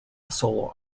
solo